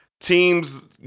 teams